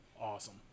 Awesome